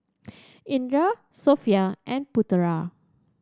Indra Sofea and Putera